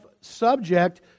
subject